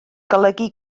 golygu